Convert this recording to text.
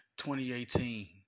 2018